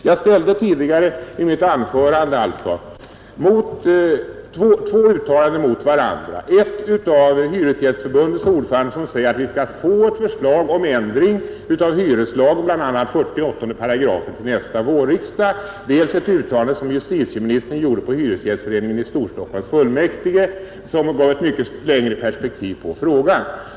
Jag ställde tidigare i mitt anförande två uttalanden mot varandra, dels ett uttalande av ordföranden för Hyresgästernas riksförbund där han säger att vi skall få ett förslag om ändring av hyreslagen, bl.a. av 48 8, till nästa vårriksdag, dels ett uttalande som justitieministern gjorde inför fullmäktige för Hyresgästföreningen i Storstockholm och som gav ett mycket längre perspektiv på frågan.